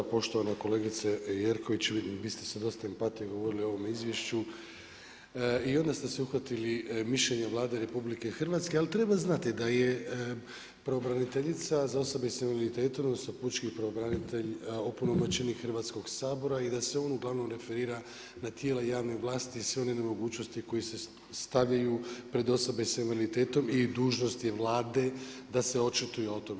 Poštovana kolegice Jerković, vidim vi ste sa dosta empatije govorili o ovome izvješću i onda ste se uhvatili mišljenja Vlade RH ali treba znati da je pravobraniteljica za osobe sa invaliditetom odnosno pučki pravobranitelj opunomoćenik Hrvatskog sabora i da se on uglavnom referira na tijela javne vlasti sve one nemogućnosti koje se stavljaju pred osobe sa invaliditetom i dužnosti Vlade da se očituju o tome.